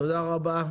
תודה רבה.